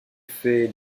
fait